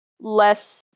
less